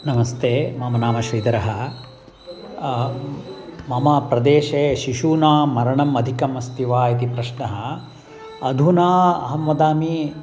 नमस्ते मम नाम श्रीधरः मम प्रदेशे शिशूनां मरणम् अधिकम् अस्ति वा इति प्रश्नः अधुना अहं वदामि